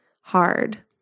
hard